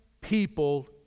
people